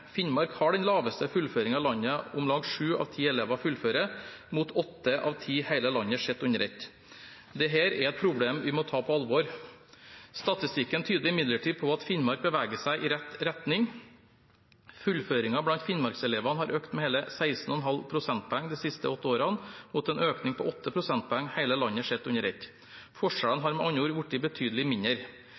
Finnmark har den laveste fullføringen i landet: Om lag sju av ti av elevene fullfører, mot åtte av ti hele landet sett under ett. Dette er et problem vi må ta på alvor. Statistikken tyder imidlertid på at Finnmark beveger seg i riktig retning. Fullføringen blant finnmarkselevene har økt med hele 16,5 prosentpoeng de siste åtte årene, mot en økning på 8 prosentpoeng hele landet sett under ett. Forskjellene har med andre ord blitt betydelig mindre.